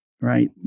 right